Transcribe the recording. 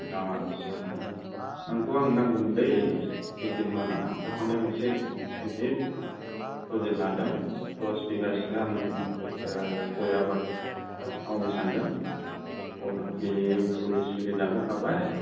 आस्सा नोंखौ आं नांगौमोनलै खैदिनमान आं थारमाने मोनसे गिदिद प्रजेक्ट लादों दस बिगासो आं गय आबाद मावनो सान्दों अलरिडि फुलि सुलि लाबोखाबाय